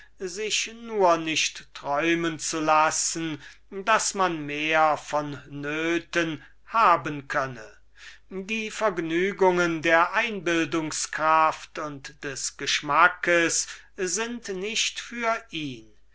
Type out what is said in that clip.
sich nur nicht einmal einfallen zu lassen daß man mehr brauchen könne die vergnügen der einbildungskraft und des geschmacks sind nicht für ihn